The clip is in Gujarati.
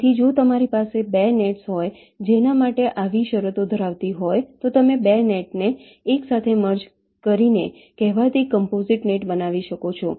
તેથી જો તમારી પાસે 2 નેટ્સ હોય જેના માટે આવી શરતો ધરાવતી હોય તો તમે 2 નેટને એકસાથે મર્જ કરીને કહેવાતી કોમ્પોસીટ નેટ બનાવી શકો છો